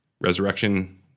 Resurrection